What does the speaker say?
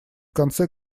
конце